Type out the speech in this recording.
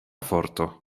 forto